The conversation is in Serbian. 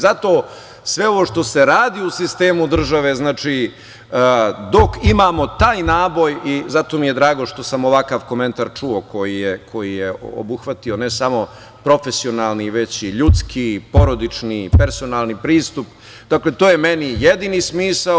Zato sve ovo što se radi u sistemu države, dok imamo taj naboj, zato mi je drago što sam ovakav komentar čuo koji je obuhvatio ne samo profesionalni, već i ljudski, porodični, personalni pristup, to je meni jedini smisao.